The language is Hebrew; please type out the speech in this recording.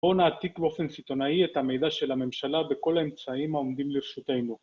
בואו נעתיק באופן סיטונאי את המידע של הממשלה בכל האמצעים העומדים לרשותנו